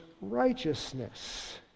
righteousness